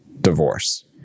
divorce